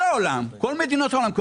יש פה